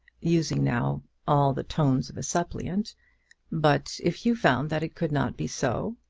using now all the tones of a suppliant but if you found that it could not be so